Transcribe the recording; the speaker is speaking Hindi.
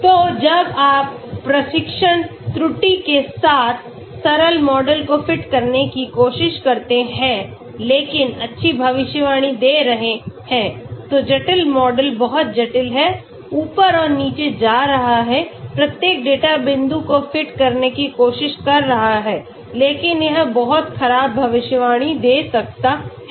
तो जब आप प्रशिक्षण त्रुटि के साथ सरल मॉडल को फिट करने की कोशिश करते हैं लेकिन अच्छी भविष्यवाणी दे रहे हैं तो जटिल मॉडल बहुत जटिल है ऊपर और नीचे जा रहा है प्रत्येक डेटा बिंदु को फिट करने की कोशिश कर रहा है लेकिन यह बहुत खराब भविष्यवाणी दे सकता है